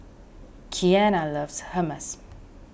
Keanna loves Hummus